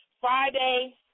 Friday